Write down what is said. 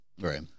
Right